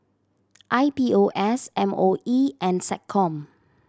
I P O S M O E and SecCom